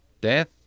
Death